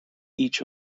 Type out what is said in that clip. each